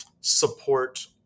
support